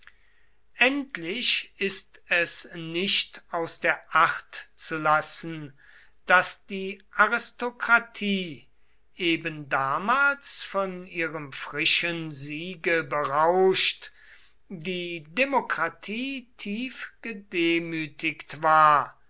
endlich ist es nicht aus der acht zu lassen daß die aristokratie eben damals von ihrem frischen siege berauscht die demokratie tief gedemütigt war